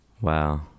Wow